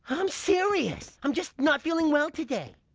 i'm serious. i'm just not feeling well today.